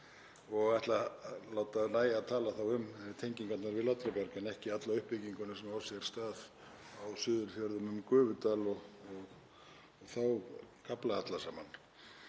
Ég ætla að láta þá nægja að tala um tengingarnar við Látrabjarg en ekki alla uppbygginguna sem á sér stað á suðurfjörðunum um Gufudal og þá kafla alla saman.